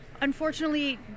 unfortunately